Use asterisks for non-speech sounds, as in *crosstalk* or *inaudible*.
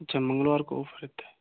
अच्छा मंगलवार को ओफर *unintelligible* है